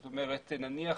נניח,